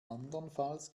andernfalls